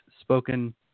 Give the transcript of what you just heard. spoken